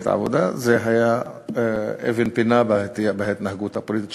העבודה זה היה אבן פינה בהתנהגות הפוליטית שלך,